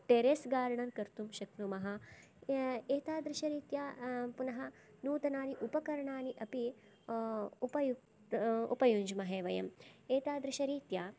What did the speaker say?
terrace garden कर्तुं शक्नुमः एतादृशरीत्या पुनः नुतनानि उपकरणानि अपि उपयुञ्ज्महे वयम् एदादृशरीत्या